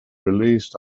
released